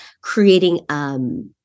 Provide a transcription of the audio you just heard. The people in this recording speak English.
creating